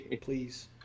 please